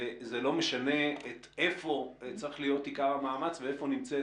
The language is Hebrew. זה לא משנה איפה צריך להיות עיקר המאמץ ואיפה נמצאת